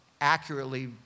accurately